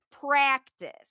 practice